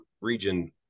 region